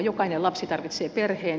jokainen lapsi tarvitsee perheen